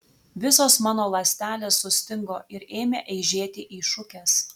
visos mano ląstelės sustingo ir ėmė eižėti į šukes